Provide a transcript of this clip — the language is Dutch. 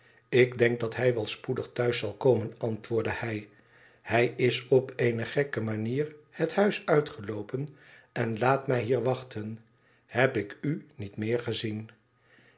ik denk dat hij wel spoedig thuis zal komen antwoordde hij hij is op eene gekke manier het huis uitgeloopen en laat mij hier wachten heb ik u niet meer gezien